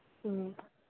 ꯎꯝ